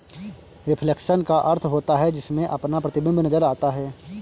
reflection का अर्थ होता है जिसमें अपना प्रतिबिंब नजर आता है